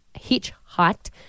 hitchhiked